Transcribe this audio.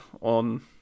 on